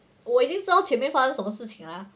我已经知道前面发生什么事情啊